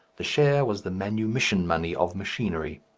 the share was the manumission money of machinery.